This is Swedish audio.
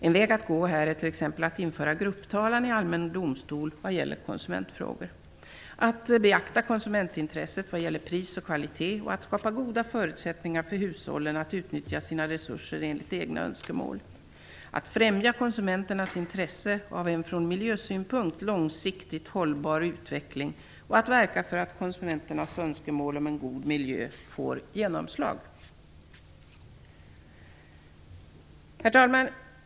En väg att gå här är t.ex. att införa grupptalan i allmän domstol vad gäller konsumentfrågor - att beakta konsumentintresset vad gäller pris och kvalitet - att skapa goda förutsättningar för hushållen att utnyttja sina resurser enligt egna önskemål - att främja konsumenternas intresse av en från miljösynpunkt långsiktigt hållbar utveckling och - att verka för att konsumenternas önskemål om en god miljö får genomslag. Herr talman!